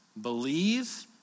believe